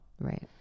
Right